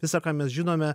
visa ką mes žinome